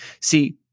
See